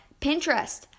Pinterest